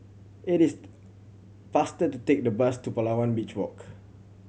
it is faster to take the bus to Palawan Beach Walk